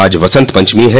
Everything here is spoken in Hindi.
आज वसंत पंचमी है